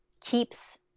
keeps